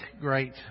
great